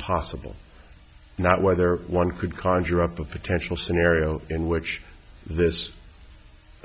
possible not whether one could conjure up a potential scenario in which this